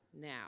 now